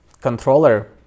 controller